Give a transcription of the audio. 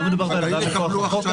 לא מדובר בהלוואה מכוח החוק,